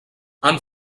han